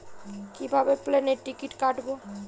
কিভাবে প্লেনের টিকিট কাটব?